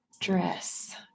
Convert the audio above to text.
dress